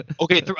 Okay